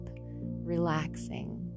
relaxing